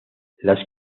las